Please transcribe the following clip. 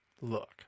look